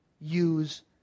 Use